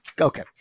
Okay